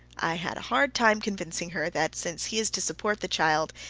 i had a hard time convincing her that, since he is to support the child,